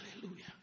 Hallelujah